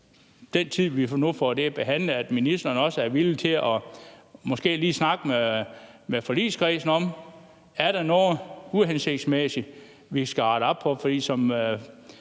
den tid, vi nu får det behandlet, måske også er villig til lige at snakke med forligskredsen om, om der er noget uhensigtsmæssigt, som vi skal rette op på.